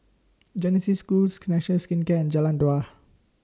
Genesis Schools connection Skin Jalan Dua